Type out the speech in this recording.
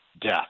death